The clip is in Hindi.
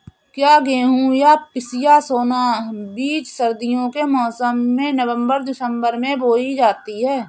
क्या गेहूँ या पिसिया सोना बीज सर्दियों के मौसम में नवम्बर दिसम्बर में बोई जाती है?